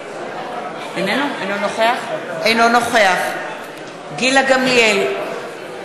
אינו נוכח גילה גמליאל,